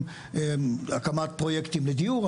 הקמת פרויקטים לדיור,